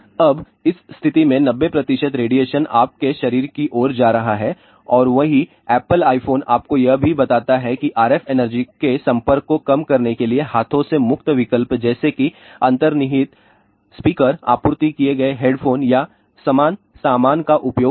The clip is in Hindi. अब इस स्थिति में 90 रेडिएशन आपके शरीर की ओर जा रहा है और वही एप्पल आयफ़ोन आपको यह भी बताता है कि RF एनर्जी के संपर्क को कम करने के लिए हाथों से मुक्त विकल्प जैसे कि अंतर्निहित स्पीकर आपूर्ति किए गए हेडफ़ोन या समान सामान का उपयोग करें